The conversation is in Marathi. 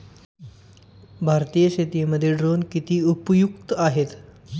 भारतीय शेतीमध्ये ड्रोन किती उपयुक्त आहेत?